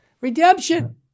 Redemption